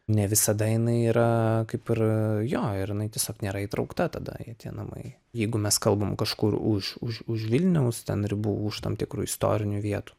ne visada jinai yra kaip ir jo ir jinai tiesiog nėra įtraukta tada jie tie namai jeigu mes kalbam kažkur už už už vilniaus ribų už tam tikrų istorinių vietų